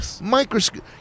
microscope